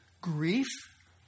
grief